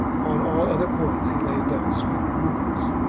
on all other points he laid down strict rules.